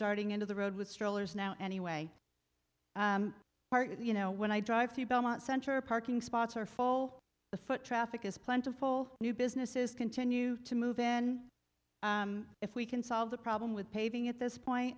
darting into the road with strollers now anyway you know when i drive through belmont center parking spots or fall the foot traffic is plentiful new businesses continue to move in if we can solve the problem with paving at this point